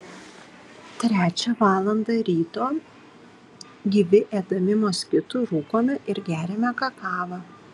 trečią valandą ryto gyvi ėdami moskitų rūkome ir geriame kakavą